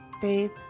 faith